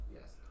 yes